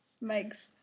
makes